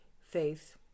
faith